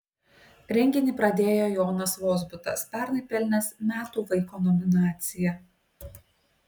renginį pradėjo jonas vozbutas pernai pelnęs metų vaiko nominaciją